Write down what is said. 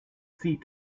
seat